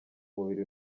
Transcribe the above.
mubiri